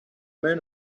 men